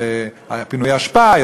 פינוי האשפה,